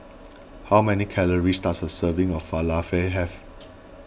how many calories does a serving of Falafel have